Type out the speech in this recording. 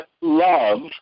love